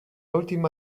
última